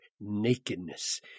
nakedness